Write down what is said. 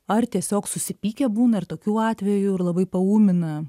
ar tiesiog susipykę būna ir tokių atvejų ir labai paūmina